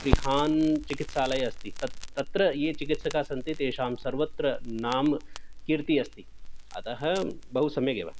बृहन् चिकित्सालयः अस्ति तत् तत्र ये चिकित्सकाः सन्ति तेषां सर्वत्र नाम कीर्तिः अस्ति अतः बहु सम्यगेव